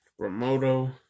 Ramoto